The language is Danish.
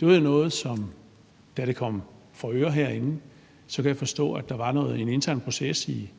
det var noget, som, da det kom for øre herinde, skabte en intern proces i